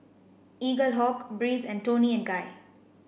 Eaglehawk Breeze and Toni and Guy